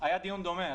היה דיון דומה.